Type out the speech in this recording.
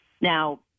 Now